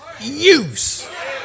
use